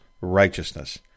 righteousness